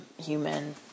human